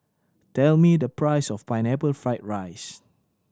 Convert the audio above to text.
tell me the price of Pineapple Fried rice